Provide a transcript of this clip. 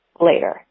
later